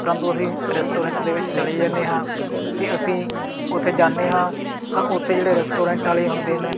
ਪਰੰਤੂ ਅਸੀਂ ਰੈਸਟੋਰੈਂਟ ਦੇ ਵਿੱਚ ਚਲੇ ਜਾਂਦੇ ਹਾਂ ਅਤੇ ਅਸੀਂ ਉੱਥੇ ਜਾਂਦੇ ਹਾਂ ਤਾਂ ਉੱਥੇ ਜਿਹੜੇ ਰੈਸਟੋਰੈਂਟ ਵਾਲੇ ਹੁੰਦੇ ਨੇ